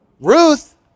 Ruth